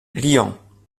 lyon